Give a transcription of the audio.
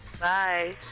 Bye